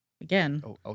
Again